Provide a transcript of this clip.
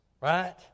right